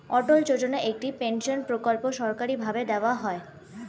অটল যোজনা একটি পেনশন প্রকল্প সরকারি ভাবে দেওয়া হয়